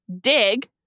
dig